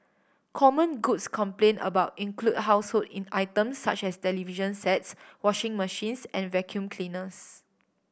common goods complain about include household in items such as television sets washing machines and vacuum cleaners